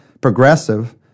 progressive